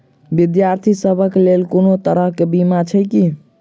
विद्यार्थी सभक लेल कोनो तरह कऽ बीमा छई की?